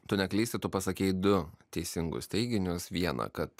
tu neklysti tu pasakei du teisingus teiginius viena kad